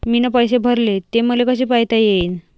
मीन पैसे भरले, ते मले कसे पायता येईन?